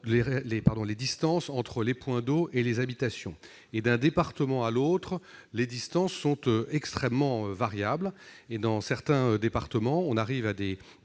des distances entre les points d'eau et les habitations. Or, d'un département à l'autre, ces distances sont très variables. Dans certains départements, les distances